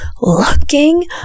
looking